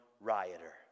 rioter